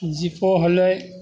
जीपो होलै